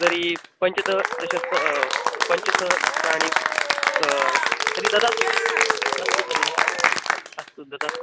तर्हि पञ्चदश दशस्स पञ्चसहस्राणि तर्हि ददातु अस्तु तर्हि अस्तु ददातु